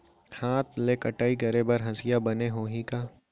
हाथ ले कटाई करे बर हसिया बने होही का?